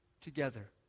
together